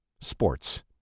sports